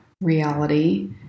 reality